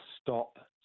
stop